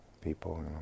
people